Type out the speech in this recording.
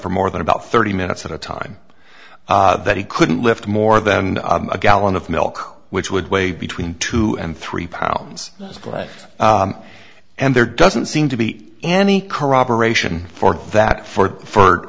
for more than about thirty minutes at a time that he couldn't lift more than a gallon of milk which would weigh between two and three pounds to go away and there doesn't seem to be any corroboration for that for for